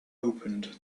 opened